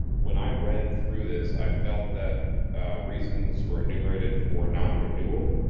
when i read through this, i felt that reasons were enumerated for non-renewal.